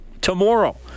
tomorrow